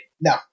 No